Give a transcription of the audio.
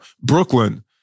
Brooklyn